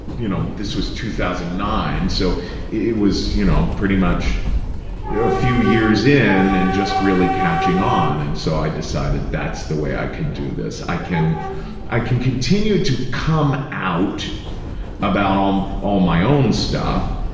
you know, this was two thousand and nine, so it was, you know, pretty much a few years in and just really catching on, and so i decided, that's the way i can do this. i can i can continue to come out about um all my own stuff,